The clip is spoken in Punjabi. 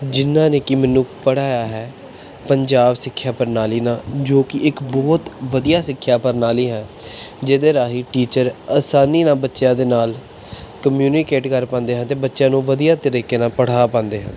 ਜਿਨ੍ਹਾਂ ਨੇ ਕਿ ਮੈਨੂੰ ਪੜ੍ਹਾਇਆ ਹੈ ਪੰਜਾਬ ਸਿੱਖਿਆ ਪ੍ਰਣਾਲੀ ਨਾਲ ਜੋ ਕਿ ਇੱਕ ਬਹੁਤ ਵਧੀਆ ਸਿੱਖਿਆ ਪ੍ਰਣਾਲੀ ਹੈ ਜਿਹਦੇ ਰਾਹੀਂ ਟੀਚਰ ਅਸਾਨੀ ਨਾਲ ਬੱਚਿਆਂ ਦੇ ਨਾਲ ਕਮਿਉਨੀਕੇਟ ਕਰ ਪਾਉਂਦੇ ਹਨ ਅਤੇ ਬੱਚਿਆਂ ਨੂੰ ਵਧੀਆ ਤਰੀਕੇ ਨਾਲ ਪੜ੍ਹਾ ਪਾਉਂਦੇ ਹਨ